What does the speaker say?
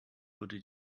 wurde